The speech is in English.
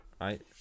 right